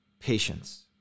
patience